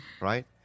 right